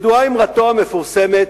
ידועה אמרתו המפורסמת: